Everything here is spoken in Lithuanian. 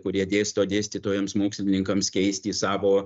kurie dėsto dėstytojams mokslininkams keisti savo